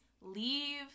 leave